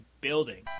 building